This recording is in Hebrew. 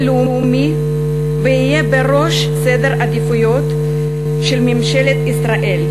לאומי ויהיה בראש סדר העדיפויות של ממשלת ישראל,